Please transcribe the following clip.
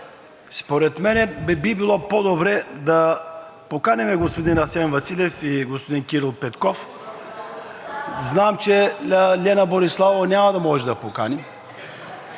Според мен би било по-добре да поканим господин Асен Василев и господин Кирил Петков. Знам, че Лена Бориславова няма да можем да я поканим.